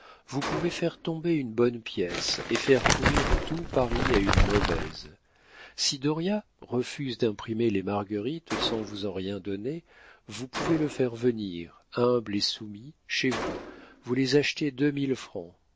vous pouvez faire tomber une bonne pièce et faire courir tout paris à une mauvaise si dauriat refuse d'imprimer les marguerites sans vous en rien donner vous pouvez le faire venir humble et soumis chez vous vous les acheter deux mille francs